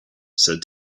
said